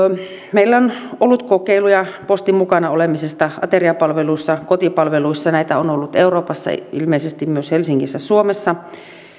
meillä on ollut kokeiluja postin mukana olemisesta ateriapalveluissa kotipalveluissa näitä on ollut euroopassa ilmeisesti myös helsingissä suomessa